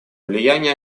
влияние